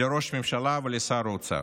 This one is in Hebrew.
לראש הממשלה ולשר האוצר.